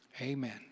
amen